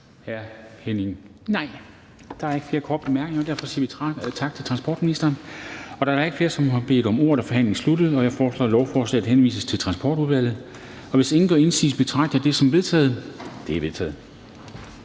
Hyllested? Nej, der er ikke flere korte bemærkninger, og derfor siger vi tak til transportministeren. Da der ikke er flere, som har bedt om ordet, er forhandlingen sluttet. Jeg foreslår, at lovforslaget henvises til Transportudvalget. Hvis ingen gør indsigelse, betragter jeg det som vedtaget. Det er vedtaget.